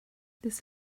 this